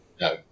No